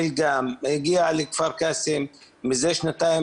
מילגם הגיעה לכפר קאסם לפני שנתיים